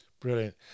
brilliant